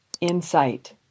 insight